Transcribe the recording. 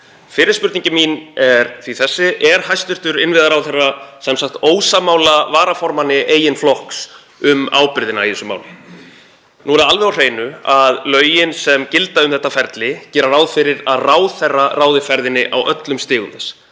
Fyrri spurning mín er því þessi: Er hæstv. innviðaráðherra ósammála varaformanni eigin flokks um ábyrgðina í þessu máli? Nú er það alveg á hreinu að lögin sem gilda um þetta ferli gera ráð fyrir að ráðherra ráði ferðinni á öllum stigum þess,